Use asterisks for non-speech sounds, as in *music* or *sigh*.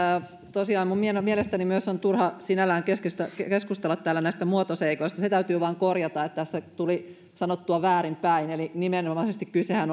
tosiaan minun mielestäni myös on sinällään turha keskustella täällä näistä muotoseikoista se täytyy vain korjata että tässä tuli sanottua väärinpäin eli nimenomaisesti kysehän *unintelligible*